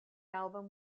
album